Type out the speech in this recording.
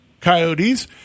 coyotes